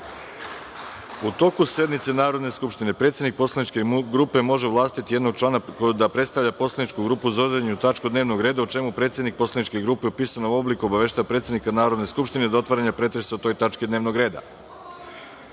U toku sednice Narodne skupštine, predsednik poslaničke grupe može ovlastiti jednog člana da predstavlja poslaničku grupu za određenu tačku dnevnog reda, a o čemu predsednik poslaničke grupe u pisanom obliku obaveštava predsednika Narodne skupštine do otvaranja pretresa o toj tački dnevnog reda. Stav